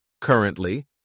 Currently